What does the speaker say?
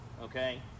okay